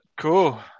cool